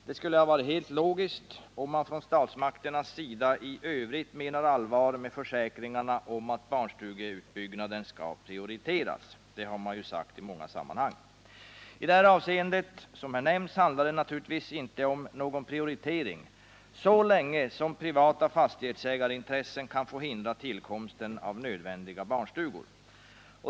Det skulle ha varit helt logiskt, om statsmakterna i övrigt menar allvar med försäkringarna om att barnstugeutbyggnaden skall prioriteras, vilket ju har sagts i många sammanhang. Här handlar det naturligtvis inte om någon prioritering så länge som privata fastighetsägarintressen kan få hindra tillkomsten av nödvändiga barnstugor.